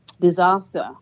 disaster